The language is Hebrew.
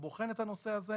הוא בוחן את הנושא הזה,